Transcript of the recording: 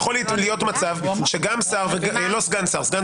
אבל יכול להיות מצב שגם שר וגם שר